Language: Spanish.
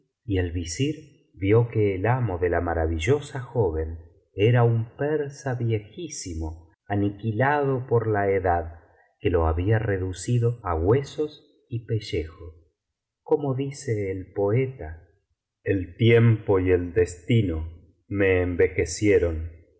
y el visir vio que el amo de la maravillosa joven era un persa viejísimo aniquilado por la edad que lo había reducido á huesos y pellejo como dice el poeta el tiempo y el destino me envejecieron